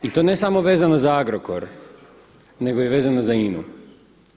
I to ne samo vezano za Agrokor nego vezano i za INA-u.